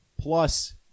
Plus